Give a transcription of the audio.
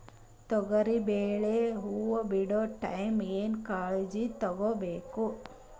ತೊಗರಿಬೇಳೆ ಹೊವ ಬಿಡ ಟೈಮ್ ಏನ ಕಾಳಜಿ ತಗೋಬೇಕು?